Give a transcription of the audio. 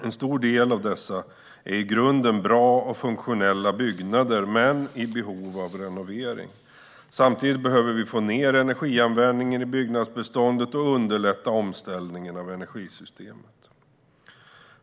En stor del av dessa är i grunden bra och funktionella byggnader men i behov av renovering. Samtidigt behöver vi få ned energianvändningen i byggnadsbeståndet och underlätta omställningen av energisystemet.